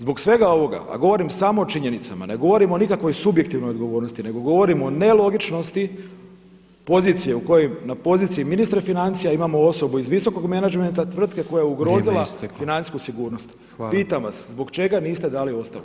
Zbog svega ovoga, a govorim samo o činjenicama, ne govorim o nikakvoj subjektivnoj odgovornosti, nego govorim o nelogičnosti pozicije na poziciji ministra financija imamo osobu iz visokog menadžmenta tvrtke koja je ugrozila [[Upadica predsjednik: Vrijeme je isteklo.]] financijsku sigurnost [[Upadica predsjednik: Hvala.]] Pitam vas zbog čega niste dali ostavku?